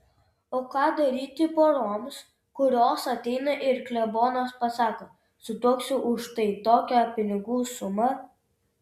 o ką daryti poroms kurios ateina ir klebonas pasako sutuoksiu už štai tokią pinigų sumą